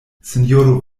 sinjoro